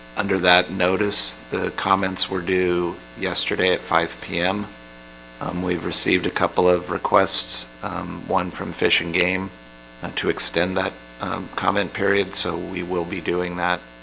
under that notice. the comments were due yesterday at five zero p m um we've received a couple of requests one from fish and game to extend that comment period so we will be doing that